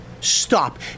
stop